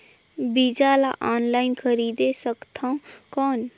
बीजा ला ऑनलाइन खरीदे सकथव कौन?